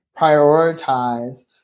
prioritize